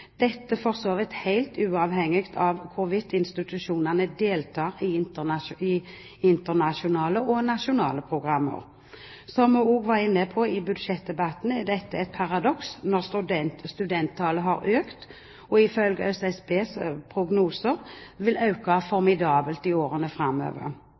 nasjonale programmer. Som vi også var inne på i budsjettdebatten, er dette et paradoks når studenttallet har økt og ifølge SSBs prognoser vil øke